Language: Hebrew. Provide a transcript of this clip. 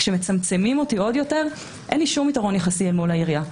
כשממצמצים אותי עוד יותר אין לי שום יתרון יחסי אל מול העירייה.